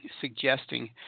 suggesting